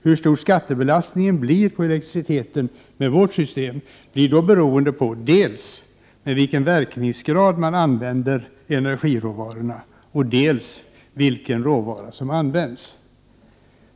Hur stor skattebelastningen blir på elektriciteten med vårt system blir då beroende på dels med vilken verkningsgrad man använder energiråvarorna och dels vilken råvara som används.